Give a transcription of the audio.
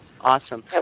Awesome